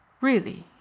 Really